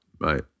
right